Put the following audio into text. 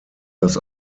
das